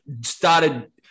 started